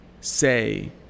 say